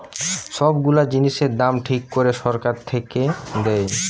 সব গুলা জিনিসের দাম ঠিক করে সরকার থেকে দেয়